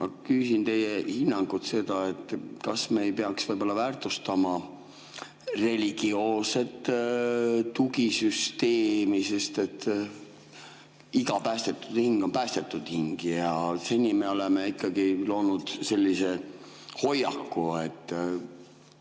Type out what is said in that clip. Ma küsin teie hinnangut, kas me ei peaks võib-olla väärtustama religioosset tugisüsteemi, sest iga päästetud hing on päästetud hing. Seni me oleme ikkagi loonud sellise hoiaku, et